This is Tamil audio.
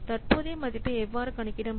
தற்போதைய மதிப்பை எவ்வாறு கணக்கிட முடியும்